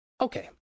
Okay